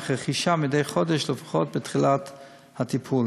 אך רכישה מדי חודש לפחות בתחילת הטיפול.